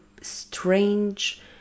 strange